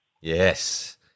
Yes